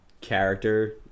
character